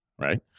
right